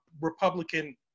Republican